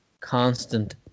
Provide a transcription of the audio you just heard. constant